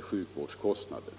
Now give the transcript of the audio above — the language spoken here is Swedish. sjukvårdskostnader.